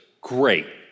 great